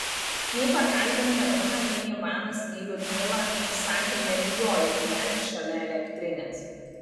nei pakalbinta nina nei ivanas nei liudmila sakė nebijoję gyventi šalia elektrinės